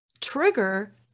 trigger